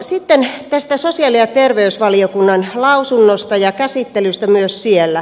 sitten tästä sosiaali ja terveysvaliokunnan lausunnosta ja käsittelystä myös siellä